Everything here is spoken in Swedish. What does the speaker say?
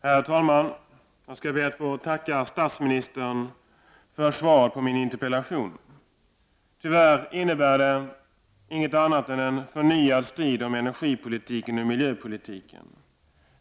Herr talman! Jag ber att få tacka statsministern för svaret på min interpellation. Tyvärr innebär det inget annat än en förnyad strid om energipolitiken och miljöpolitiken.